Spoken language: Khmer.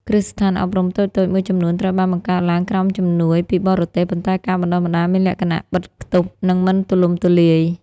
គ្រឹះស្ថានអប់រំតូចៗមួយចំនួនត្រូវបានបង្កើតឡើងក្រោមជំនួយពីបរទេស ប៉ុន្តែការបណ្តុះបណ្តាលមានលក្ខណៈបិទខ្ទប់ និងមិនទូលំទូលាយ។